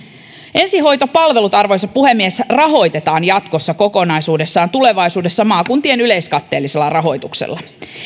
ensihoitopalvelut arvoisa puhemies rahoitetaan tulevaisuudessa kokonaisuudessaan maakuntien yleiskatteellisella rahoituksella